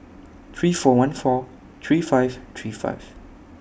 three four one four three five three five